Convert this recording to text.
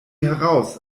heraus